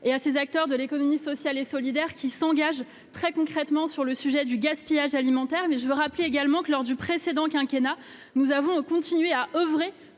et à ses acteurs de l'économie sociale et solidaire qui s'engage très concrètement sur le sujet du gaspillage alimentaire mais je veux rappeler également que lors du précédent quinquennat nous avons continué à oeuvrer